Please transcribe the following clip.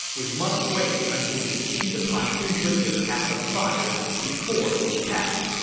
we must wait until we see the pontoon bridges catch on fire before we attack.